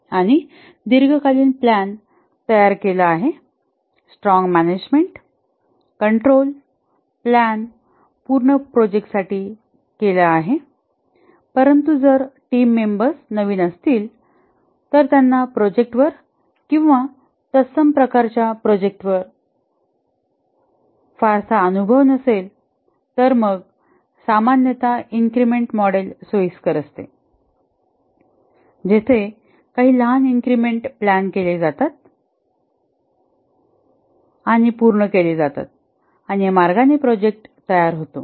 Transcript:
आणि दीर्घकालीन प्लॅन तयार केला आहे स्ट्रॉंग मॅनेजमेंट कंट्रोल प्लॅन पूर्ण प्रोजेक्ट साठी केला आहे परंतु जर टीम मेंबर्स नवीन असतील तर त्यांना प्रोजेक्ट वर आणि तत्सम प्रकारच्या प्रोजेक्ट वर फारसा अनुभव नसेल तर मग सामान्यत इन्क्रिमेंट मॉडेल सोयीस्कर असते जेथे काही लहान इन्क्रिमेंट प्लॅन केले जातात आणि पूर्ण केले जातात आणि या मार्गाने प्रोजेक्ट तयार होतो